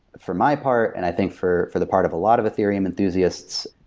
for my part, and i think for for the part of a lot of ethereum enthusiasts,